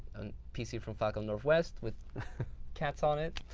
pc from falcon northwest with cats on it,